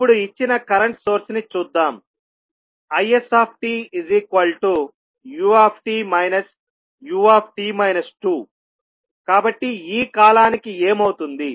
ఇప్పుడు ఇచ్చిన current source ని చూద్దాం istut u కాబట్టి ఈ కాలానికి ఏమౌతుంది